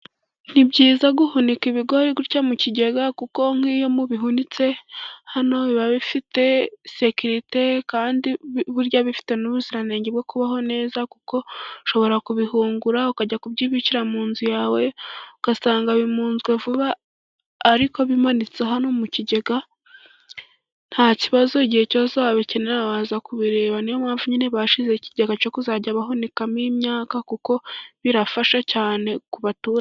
Ni byiza guhunika ibigori gutyo mu kigega, kuko nk'iyo mubihunitse hano biba bifite sekirite kandi burya bifite n'ubuziranenge bwo kubaho neza, kuko ushobora kubihungura ukajya kubyibikira mu nzu yawe ugasanga bimunzwe vuba, ariko bimanitse hano mu kigega nta kibazo, igihe cyose wabikenera waza kubireba niyo mpamvu nyine bashyize ikigega cyo kuzajya bahunikamo imyaka kuko birafasha cyane ku baturage.